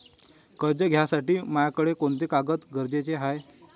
कर्ज घ्यासाठी मायाकडं कोंते कागद गरजेचे हाय?